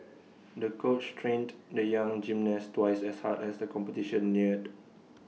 the coach trained the young gymnast twice as hard as the competition neared